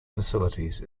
facilities